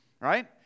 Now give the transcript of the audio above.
right